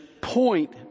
point